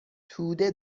توده